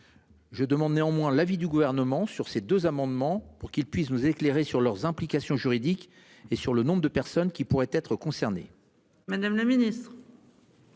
Je demande néanmoins l'avis du gouvernement sur ces deux amendements pour qu'il puisse nous éclairer sur leurs implications juridiques et sur le nombre de personnes qui pourraient être concernées. Madame la Ministre.